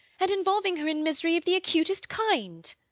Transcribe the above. and involving her in misery of the acutest kind?